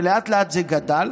ולאט-לאט זה גדל.